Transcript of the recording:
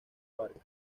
barca